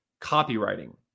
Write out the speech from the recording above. copywriting